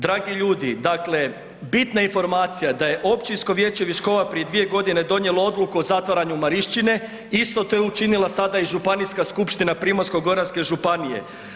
Dragi ljudi, dakle, bitna informacija da je općinsko vijeće Viškova prije 2.g. donijelo odluku o zatvaranju Marišćine, isto to je učinila sada i Županijska skupština Primorsko-goranske županije.